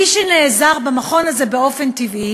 מי שנעזרת במכון הזה באופן טבעי